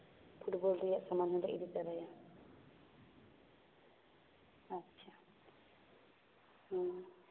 football ᱨᱮᱭᱟᱜ ᱥᱟᱢᱟᱱ ᱦᱚᱸᱞᱮ ᱤᱫᱤ ᱛᱟᱨᱟᱭᱟ ᱟᱪᱪᱷᱟ ᱦᱩᱸ